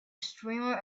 streamer